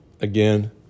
again